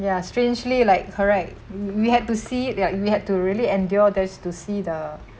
ya strangely like correct we had to see it like you had to really endure this to see the